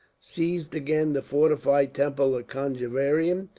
seized again the fortified temple of conjeveram,